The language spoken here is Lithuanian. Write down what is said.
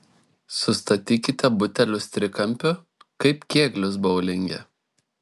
sustatykite butelius trikampiu kaip kėglius boulinge